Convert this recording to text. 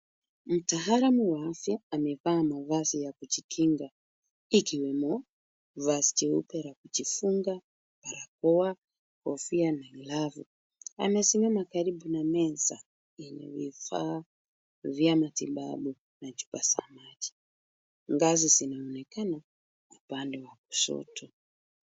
Mtaalam wa afya amevaa mavazi ya kujikinga ikiwemo vazi jeupe la kujifunga, barakoa, kofia na glavu. Amesimama karibu na meza yenye vifaa vya matibabu na chupa za maji. Ngazi zinaonekana upande wa kushoto.